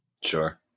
Sure